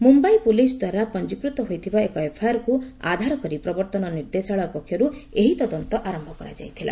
Mumbai police ଦ୍ୱାରା ପଞ୍ଜିକୃତ ହୋଇଥିବା ଏକ ଏଫ୍ଆଇଆର୍କୁ ଆଧାର କରି ପ୍ରବର୍ତ୍ତନ ନିର୍ଦ୍ଦେଶାଳୟ ପକ୍ଷରୁ ଏହି ତଦନ୍ତ ଆରମ୍ଭ କରାଯାଇଥିଲା